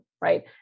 right